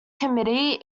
committee